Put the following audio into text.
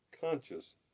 conscious